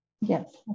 yes